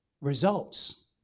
results